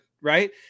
right